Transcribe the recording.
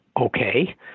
okay